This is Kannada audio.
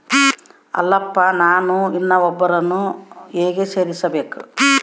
ಅಲ್ಲಪ್ಪ ನಾನು ಇನ್ನೂ ಒಬ್ಬರನ್ನ ಹೇಗೆ ಸೇರಿಸಬೇಕು?